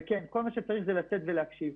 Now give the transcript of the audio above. כל מה שצריך זה לצאת ולהקשיב,